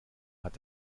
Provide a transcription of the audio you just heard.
hat